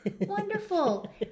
wonderful